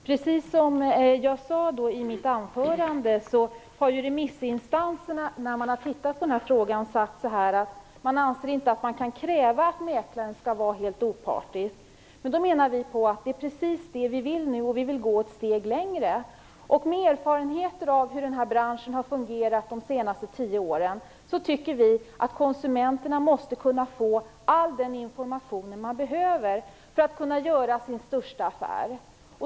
Fru talman! Precis som jag sade i mitt anförande har remissinstanserna, när de tittat på frågan, sagt att det inte kan krävas att mäklaren skall vara helt opartisk. Då menar vi att det är precis vad vi vill. Vi vill gå ett steg längre. Med erfarenheter av hur den här branschen har fungerat de senaste tio åren tycker vi att konsumenterna måste kunna få all den information som de behöver för att kunna göra sin kanske största affär.